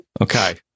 Okay